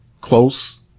close